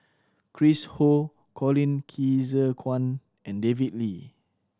Chris Ho Colin Qi Zhe Quan and David Lee